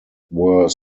were